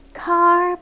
car